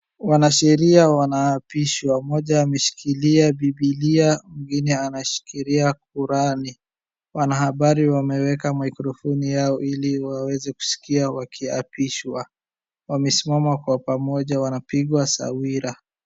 Wanasheria wanaapishwa. Mmoja ameshikilia Bibilia, mwingine anashikilia Kurani. Wanahabari wameweka maikrofoni yao ili waweze kusikia wakiapishwa. Wamesimama kwa pamoja, wanapigwa sawira.